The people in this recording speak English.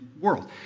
world